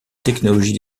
technologie